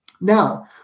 now